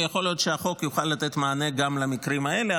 ויכול להיות שהחוק יוכל לתת מענה גם במקרים האלה.